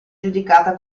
giudicata